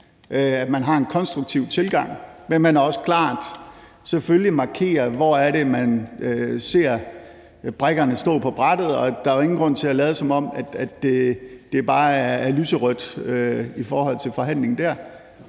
Man har en konstruktiv tilgang, men man har selvfølgelig også klart markeret, hvor det er, man ser brikkerne stå på brættet. Og der er jo ingen grund til at lade, som om det bare er lyserødt i forhold til forhandling der.